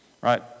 right